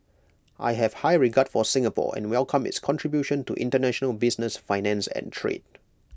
I have high regard for Singapore and welcome its contribution to International business finance and trade